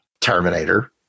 Terminator